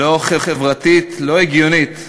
לא חברתית, לא הגיונית,